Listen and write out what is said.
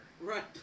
Right